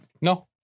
No